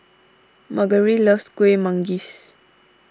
Margery loves Kuih Manggis